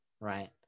right